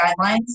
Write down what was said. guidelines